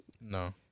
No